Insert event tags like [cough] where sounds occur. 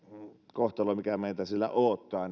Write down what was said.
kohtalo mikä meitä siellä odottaa [unintelligible]